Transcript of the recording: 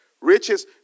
riches